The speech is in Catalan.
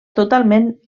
totalment